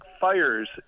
fires